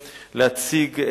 להציג,